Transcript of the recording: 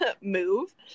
move